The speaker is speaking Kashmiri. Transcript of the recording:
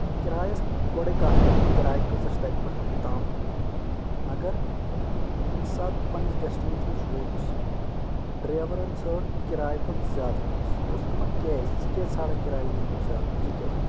کِراے ٲسۍ گۄڈٕے کَتھ کٔرِتھ کِراے کۭژھ چھِ تَتہِ پٮ۪ٹھ توٚتام مَگر ییٚمہِ ساتہٕ بہٕ پَنٕنِس ڈیسٹِنیشنَس ووتُس ڈریورن ژھٲر کِراے کھۄتہٕ زیادٕ پوٚنسہٕ مےٚ دوٚپُس اما کیاز ژٕ کیازِ ژھانڑان کراے کھۄتہٕ زیادٕ پونٛسہٕ یہِ کیاہ وجہہ